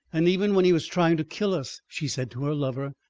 and even when he was trying to kill us, she said to her lover,